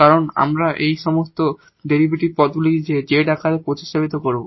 কারণ যখন আমরা এই সমস্ত ডেরিভেটিভ টার্মগুলিকে z আকারে প্রতিস্থাপন করব